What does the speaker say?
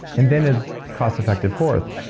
and then is cost effective fourth.